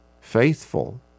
faithful